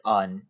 on